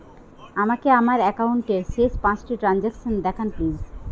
আমাকে আমার একাউন্টের শেষ পাঁচটি ট্রানজ্যাকসন দেখান প্লিজ